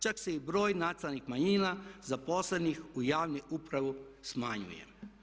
Čak se i broj nacionalnih manjina zaposlenih u javnoj upravi smanjuje.